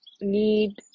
need